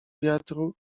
wiatru